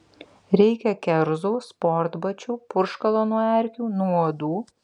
reikia kerzų sportbačių purškalo nuo erkių nuo uodų